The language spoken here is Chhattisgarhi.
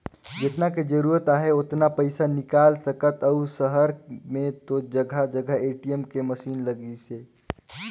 जेतना के जरूरत आहे ओतना पइसा निकाल सकथ अउ सहर में तो जघा जघा ए.टी.एम के मसीन लगिसे